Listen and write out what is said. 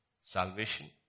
Salvation